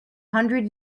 hundred